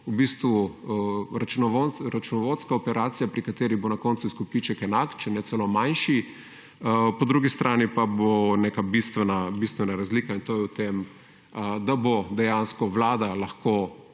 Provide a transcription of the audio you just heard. v bistvu računovodska operacija pri kateri bo na koncu izkupiček enak, če ne celo manjši, po drugi strani pa bo neka bistvena razlika in to je v tem, da bo dejansko Vlada lahko